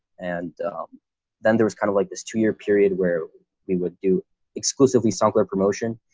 and then there was kind of like this two year period where we would do exclusively soccer promotion.